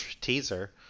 teaser